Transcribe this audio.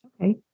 Okay